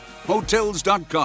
Hotels.com